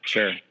Sure